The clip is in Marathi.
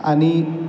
आणि